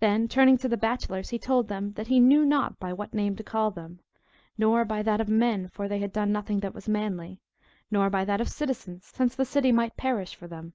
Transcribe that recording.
then turning to the bachelors, he told them, that he knew not by what name to call them not by that of men, for they had done nothing that was manly nor by that of citizens, since the city might perish for them